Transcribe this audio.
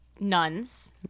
nuns